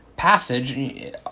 passage